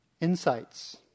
insights